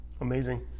Amazing